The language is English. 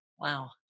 Wow